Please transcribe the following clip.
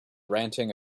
ranting